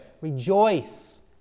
Rejoice